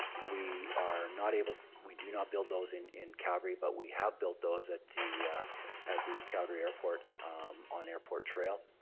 we are not able to we do not build those in in calgary, but we have built those at the at the calgary airport on airport trail.